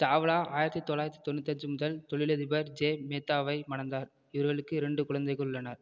சாவ்லா ஆயிரத்தி தொள்ளாயிரத்தி தொண்ணூத்தஞ்சு முதல் தொழிலதிபர் ஜே மேத்தாவை மணந்தார் இவர்களுக்கு இரண்டு குழந்தைகள் உள்ளனர்